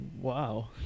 Wow